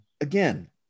again